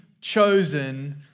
chosen